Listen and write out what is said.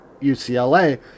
UCLA